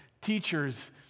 Teachers